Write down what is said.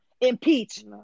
impeach